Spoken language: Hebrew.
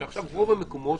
שעכשיו רוב המקומות